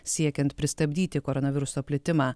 siekiant pristabdyti koronaviruso plitimą